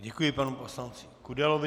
Děkuji panu poslanci Kudelovi.